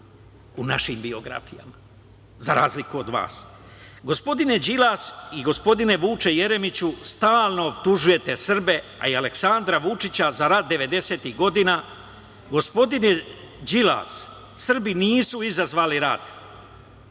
u našim biografijama, za razliku od vas. Gospodine Đilas i gospodine Vuče Jeremiću, stalno optužujete Srbe, a i Aleksandra Vučića, za rat 90-ih godina. Gospodine Đilas, Srbi nisu izazvali rat.